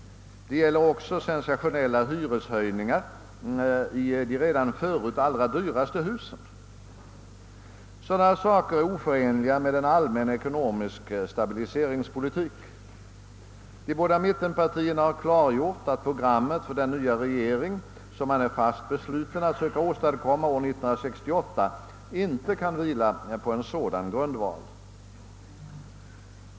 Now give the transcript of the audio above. Det gäller också sensationella hyreshöjningar i de redan förut allra dyraste husen. Sådana saker är oförenliga med en allmän ekonomisk stabiliseringspolitik. De båda mittenpartierna har klargjort att programmet för den nya regering, som man är fast besluten att söka åstadkomma år 1968, inte kan vila på en sådan grundval.